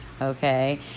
Okay